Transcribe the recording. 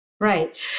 Right